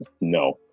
no